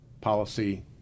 policy